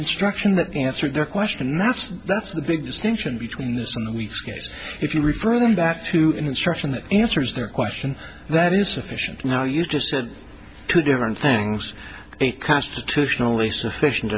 instruction that answered the question that's that's the big distinction between this and weeks case if you refer them back to an instruction that answers their question that insufficient now you just said two different things constitutionally sufficient